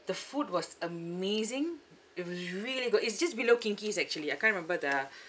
the food was amazing it was really good it's just below kinki's actually I can't remember the